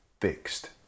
fixed